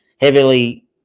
Heavily